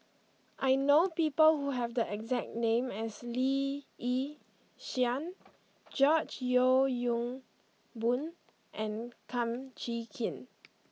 I know people who have the exact name as Lee Yi Shyan George Yeo Yong Boon and Kum Chee Kin